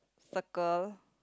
circle